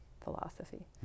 philosophy